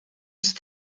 just